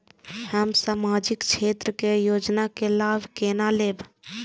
हम सामाजिक क्षेत्र के योजना के लाभ केना लेब?